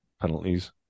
penalties